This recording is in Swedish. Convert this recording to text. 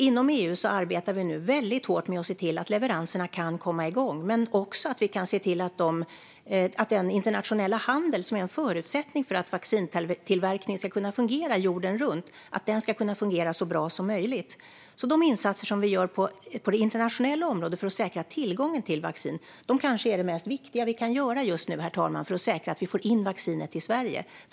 Inom EU arbetar vi nu väldigt hårt med att se till att leveranserna kan komma igång, men också med att se till att den internationella handel som är en förutsättning för att vaccintillverkningen ska kunna fungera jorden runt kan fungera så bra som möjligt. De insatser vi gör på det internationella området för att säkra tillgången till vaccin kanske är det viktigaste vi kan göra just nu, herr talman, för att säkra att vi får in vaccinet till Sverige.